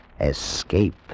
Escape